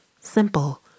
Simple